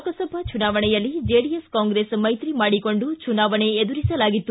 ಲೋಕಸಭಾ ಚುನಾವಣೆಯಲ್ಲಿ ಜೆಡಿಎಸ್ ಕಾಂಗ್ರೆಸ್ ಮೈತ್ರಿ ಮಾಡಿಕೊಂಡು ಚುನಾವಣೆ ಎದುರಿಸಲಾಗಿತ್ತು